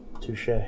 Touche